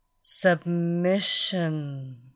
submission